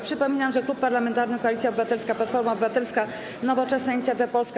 Przypominam, że Klub Parlamentarny Koalicja Obywatelska - Platforma Obywatelska, Nowoczesna, Inicjatywa Polska,